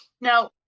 now